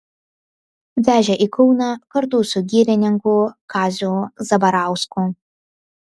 vežė į kauną kartu su girininku kaziu zabarausku